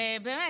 באמת,